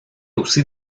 aussi